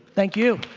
thank you.